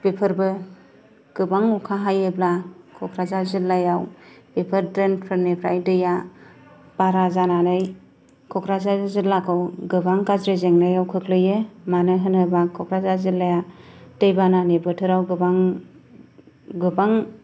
बेफोरबो गोबां अखा हायोब्ला क'क्राझार जिल्लायाव बेफोर ड्रेन फोरनिफ्राय दैया बारा जानानै क'क्राझार जिल्लाखौ गोबां गाज्रि जेंनायाव खोख्लैयो मानो होनोब्ला क'क्राझार जिल्लाया दैबानानि बोथोराव गोबां गोबां